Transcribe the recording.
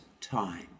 time